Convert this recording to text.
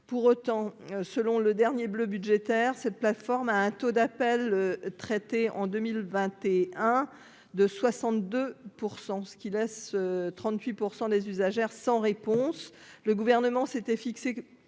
pour autant, selon le dernier bleu budgétaire cette plateforme à un taux d'appels traités en 2021 2 62 %, ce qui laisse 38 pour des usagères sans réponse, le gouvernement s'était fixé